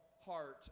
heart